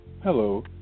Hello